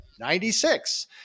96